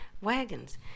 wagons